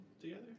together